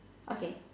okay